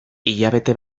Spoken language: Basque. hilabete